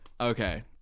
Okay